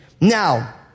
Now